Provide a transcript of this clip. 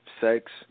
sex